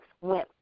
went